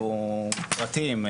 פרטים,